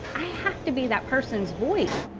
i have to be that person's voice.